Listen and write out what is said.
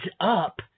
up